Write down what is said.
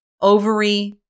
ovary